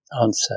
Answer